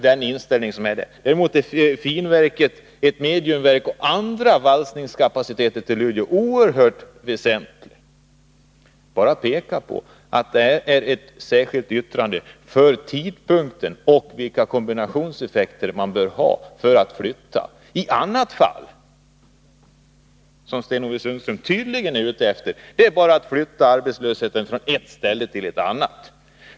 Däremot är finverket, ett mediumverk och den andra valsningskapaciteten i Luleå oerhört väsentliga. Det särskilda yrkande som jag framlagt rör tidpunkten och vilka kombinationseffekter man bör ha för att flytta. I annat fall — vilket Sten-Ove Sundström tydligen är ute efter - flyttar man ju bara arbetslösheten från ett ställe till ett annat.